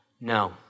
No